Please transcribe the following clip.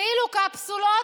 כאילו קפסולות,